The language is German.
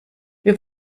wir